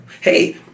Hey